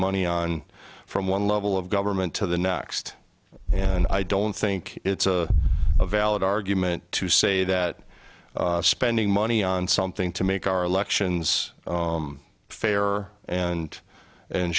money on from one level of government to the next and i don't think it's a valid argument to say that spending money on something to make our elections fairer and